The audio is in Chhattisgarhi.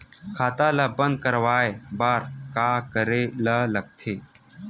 खाता ला बंद करवाय बार का करे ला लगथे?